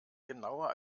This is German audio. genauer